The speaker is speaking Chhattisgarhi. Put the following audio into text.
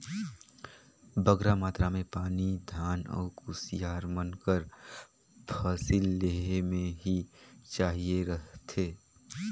बगरा मातरा में पानी धान अउ कुसियार मन कर फसिल लेहे में ही चाहिए रहथे